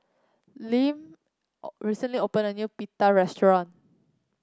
Liam recently opened a new Pita restaurant